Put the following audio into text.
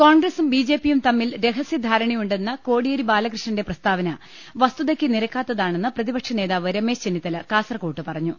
കോൺഗ്രസും ബി ജെ പിയും തമ്മിൽ രഹസ്യ ധാരണയു ണ്ടെന്ന കോടിയേരി ബാലകൃഷ്ണന്റെ പ്രസ്താവന വസ്തു തയ്ക്ക് നിരക്കാത്താണെന്ന് പ്രതിപക്ഷ നേതാവ് രമേശ് ചെന്നി ത്തല കാസർക്കോട്ട് പറഞ്ഞു